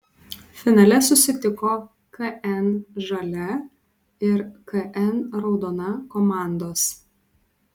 finale susitiko kn žalia ir kn raudona komandos